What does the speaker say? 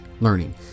learning